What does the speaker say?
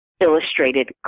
illustrated